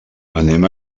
anem